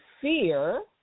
fear